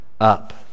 up